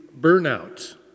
burnout